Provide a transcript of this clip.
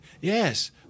Yes